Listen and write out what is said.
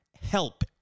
Help